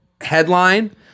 headline